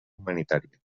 humanitària